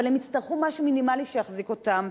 אבל הם יצטרכו משהו מינימלי שיחזיק אותם.